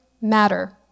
matter